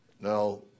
Now